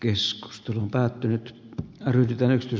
keskustelu on päättynyt ja ryhdytäänkin